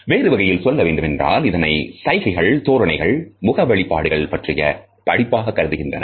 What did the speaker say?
வேறுவகையில் சொல்லவேண்டுமென்றால் இதனை சைகைகள் தோரணைகள் முக வெளிப்பாடுகள் பற்றிய படிப்பாக கருதுகின்றனர்